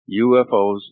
UFOs